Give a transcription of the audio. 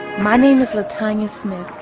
my name is latonya smith.